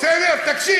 מה זה?